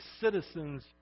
citizens